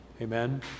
Amen